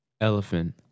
elephant